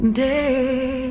day